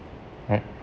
right